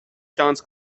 dance